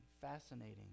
fascinating